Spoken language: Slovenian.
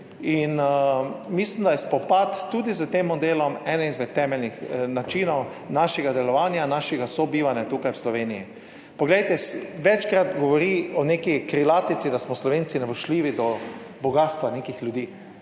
In mislim, da je spopad tudi s tem modelom eden izmed temeljnih načinov našega delovanja, našega sobivanja tukaj v Sloveniji. Poglejte, večkrat govori o neki krilatici, da smo Slovenci nevoščljivi do bogastva nekih ljudi.